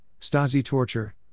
Stasi-Torture